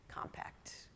compact